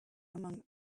among